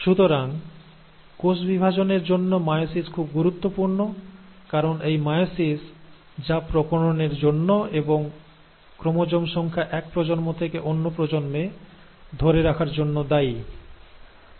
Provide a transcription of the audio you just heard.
সুতরাং কোষ বিভাজনের জন্য মায়োসিস খুব গুরুত্বপূর্ণ কারণ এই মায়োসিস যা প্রকরণের জন্য এবং ক্রোমোজোম সংখ্যা এক প্রজন্ম থেকে অন্য প্রজন্মে ধরে রাখার জন্য দায়ী